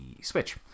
Switch